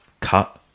cut